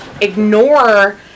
ignore